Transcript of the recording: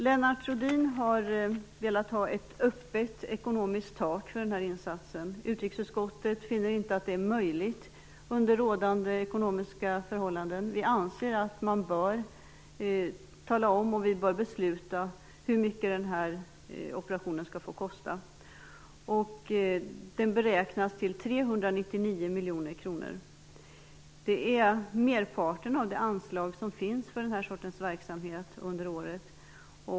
Lennart Rohdin har velat ha ett öppet ekonomiskt tak för denna insats. Utrikesutskottet finner inte att det är möjligt under rådande ekonomiska förhållanden. Vi anser att man bör tala om, och vi bör besluta, hur mycket denna operation skall få kosta. Den beräknas till 399 miljoner kronor. Det är merparten av det anslag som finns för den sortens verksamhet under året.